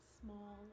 small